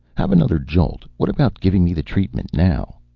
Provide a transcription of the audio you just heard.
have another jolt. what about giving me the treatment now?